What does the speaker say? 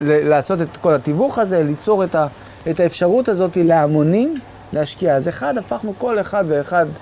לעשות את כל התיוווך הזה, ליצור את האפשרות הזאתי להמונים, להשקיע. אז אחד, הפכנו כל אחד ואחד,